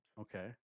Okay